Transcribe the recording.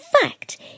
fact